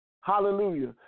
Hallelujah